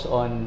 on